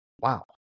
Wow